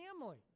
family